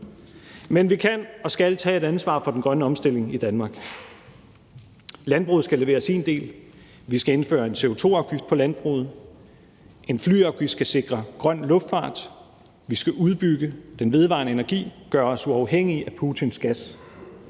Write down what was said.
Men vi kan og skal tage et ansvar for den grønne omstilling i Danmark. Landbruget skal levere sin del; vi skal indføre en CO2-afgift på landbruget. En flyafgift skal sikre grøn luftfart. Vi skal udbygge den vedvarende energi og gøre os uafhængige af Putins gas.